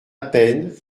peine